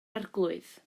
arglwydd